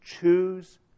Choose